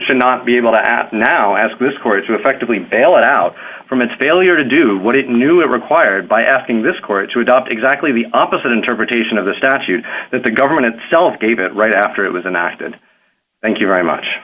should not be able to athens now ask this court to effectively bail it out from its failure to do what it knew it required by asking this court to adopt exactly the opposite interpretation of the statute that the government itself gave it right after it was enacted thank you very much